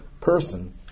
person